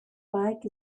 bike